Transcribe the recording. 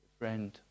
Friend